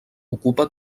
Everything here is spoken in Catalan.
ocupa